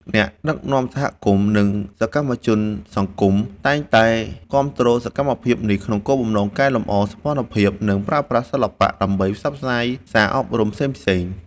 អ្នកដឹកនាំសហគមន៍ និងសកម្មជនសង្គម តែងតែគាំទ្រសកម្មភាពនេះក្នុងគោលបំណងកែលម្អសោភ័ណភាព និងប្រើប្រាស់សិល្បៈដើម្បីផ្សព្វផ្សាយសារអប់រំផ្សេងៗ។